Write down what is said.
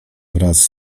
wraz